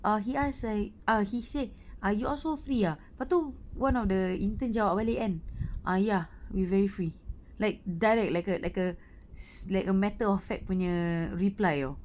err he asked like ah he said err you all so free ah lepas tu one of the intern jawab balik kan uh ya we very free like direct like a like a s~ like a matter of fact punya reply oh